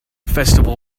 festival